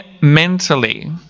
mentally